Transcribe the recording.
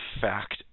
fact